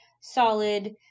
solid